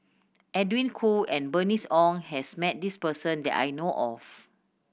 Edwin Koo and Bernice Ong has met this person that I know of